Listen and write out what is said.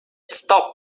stop